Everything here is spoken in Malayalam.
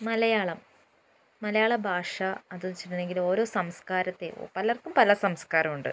മലയാളം മലയാള ഭാഷ അത് വച്ചിട്ടുണ്ടെങ്കില് ഓരോ സംസ്കാരത്തെ പലർക്കും പല സംസ്കാരമുണ്ട്